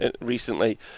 recently